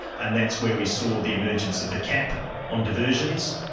and that's where we saw the emergence of the cap on diversions.